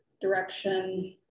direction